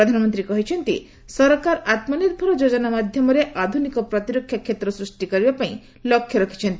ପ୍ରଧାନମନ୍ତ୍ରୀ କହିଛନ୍ତି ସରକାର ଆତ୍କନିର୍ଭର ଯୋଜନା ମାଧ୍ୟମରେ ଆଧୁନିକ ପ୍ରତିରକ୍ଷା କ୍ଷେତ୍ର ସୃଷ୍ଟି କରିବାପାଇଁ ଲକ୍ଷ୍ୟ ରଖିଛନ୍ତି